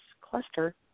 cluster